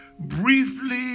briefly